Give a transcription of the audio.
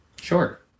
sure